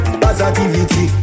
positivity